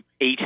eight